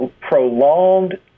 prolonged